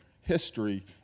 history